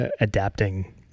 adapting